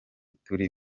turi